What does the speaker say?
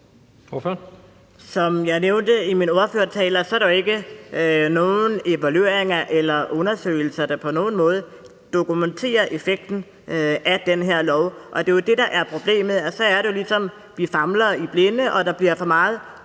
Som jeg nævnte i min ordførertale, er der jo ikke nogen evalueringer eller undersøgelser, der på nogen måde dokumenterer effekten af den her lov, og det er jo det, der er problemet. Så er det, ligesom vi famler i blinde, og der bliver for meget